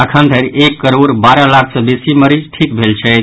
अखन धरि एक करोड़ बारह लाख सँ बेसी मरीज ठीक भेल छथि